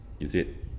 is it